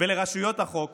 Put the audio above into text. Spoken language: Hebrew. ולרשויות החוק